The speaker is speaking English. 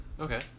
Okay